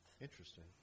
Interesting